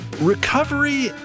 Recovery